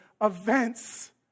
events